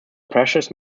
precious